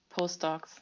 postdocs